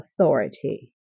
authority